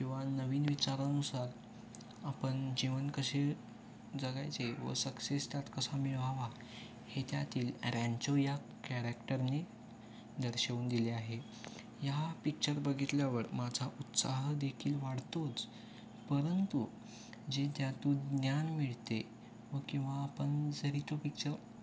किंवा नवीन विचारानुसार आपण जीवन कसे जगायचे व सक्सेस त्यात कसा मिळवावा हे त्यातील रॅन्चो या कॅरेक्टरने दर्शवून दिले आहे ह्या पिक्चर बघितल्यावर माझा उत्साह देखील वाढतोच परंतु जे ज्यातून ज्ञान मिळते व किंवा आपण जरी तो पिक्चर